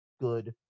good